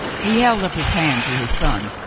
he held up his hand to his son,